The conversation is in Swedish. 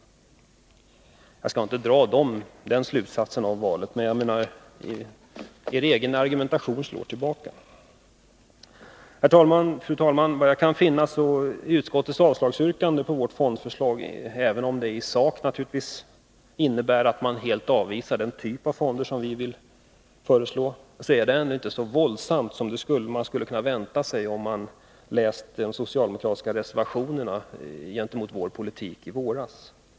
Jag skallinte dra den slutsatsen av valresultatet, men er egen argumentation slår tillbaka. Fru talman! Jag kan finna att utskottets avslagsyrkande på vårt fondförslag, även om det i sak naturligtvis innebär att man helt avvisar den typ av fonder som vi föreslår, ändå inte är så våldsamt som man skulle ha kunnat vänta sig, när man läst de socialdemokratiska reservationerna gentemot vår politik i våras.